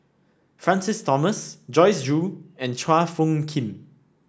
Francis Thomas Joyce Jue and Chua Phung Kim